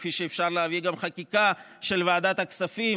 כפי שאפשר להביא גם חקיקה של ועדת הכספים